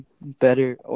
better